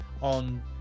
on